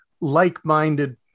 like-minded